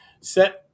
set